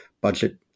Budget